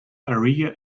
area